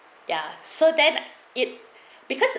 ya so then it because